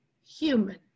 human